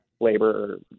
Labor